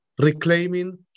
reclaiming